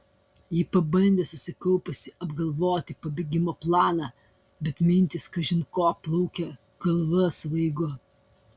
ji pabandė susikaupusi apgalvoti pabėgimo planą bet mintys kažin ko plaukė galva svaigo